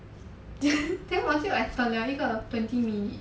then 我就 like 少了一个 twenty minute